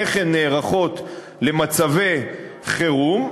איך הן נערכות למצבי חירום,